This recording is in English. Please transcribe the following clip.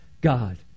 God